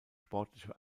sportliche